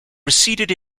receded